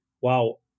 wow